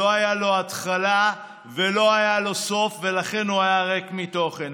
לא הייתה לו התחלה ולא היה לו סוף ולכן הוא היה ריק מתוכן.